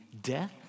death